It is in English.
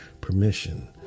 permission